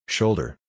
Shoulder